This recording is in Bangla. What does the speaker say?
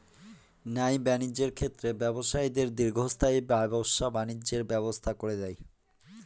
ন্যায় বাণিজ্যের ক্ষেত্রে ব্যবসায়ীদের দীর্ঘস্থায়ী ব্যবসা বাণিজ্যের ব্যবস্থা করে দেয়